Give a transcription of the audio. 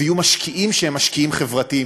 ויהיו משקיעים שהם משקיעים חברתיים,